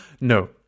No